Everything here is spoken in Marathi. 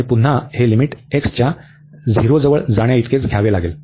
आणि पुन्हा हे लिमिट x च्या झिरोजवळ जाण्याइतकीच घ्यावी लागेल